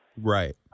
Right